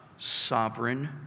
Sovereign